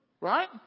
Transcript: Right